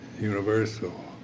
universal